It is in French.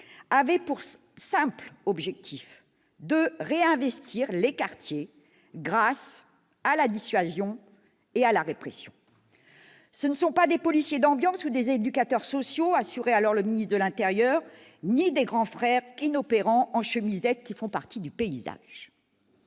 avaient pour simple objectif de réinvestir les quartiers grâce à la dissuasion et à la répression. Ce ne sont pas des « policiers d'ambiance ou des éducateurs sociaux », assurait alors le ministre de l'intérieur, ni des « grands frères inopérants en chemisette qui font partie du paysage